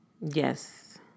Yes